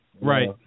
Right